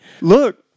look